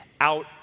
out